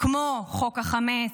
כמו חוק החמץ,